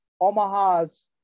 Omaha's